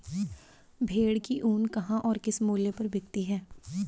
भेड़ की ऊन कहाँ और किस मूल्य पर बिकती है?